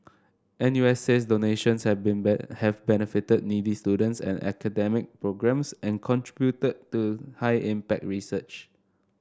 N U S says donations have been bat have benefited needy students and academic programmes and contributed to high impact research